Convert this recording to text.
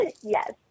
Yes